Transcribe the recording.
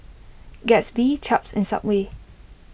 Gatsby Chaps and Subway